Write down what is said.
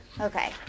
Okay